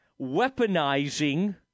weaponizing